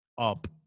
up